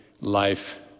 life